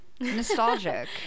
Nostalgic